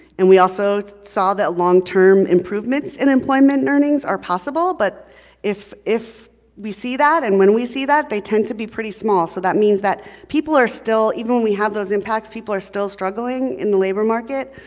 and we also saw that long term improvements in employment and earnings are possible, but if if we see that and when we see that, they tend to be pretty small. so that means that people are still, even when we have those impacts, people are still struggling in the labor market.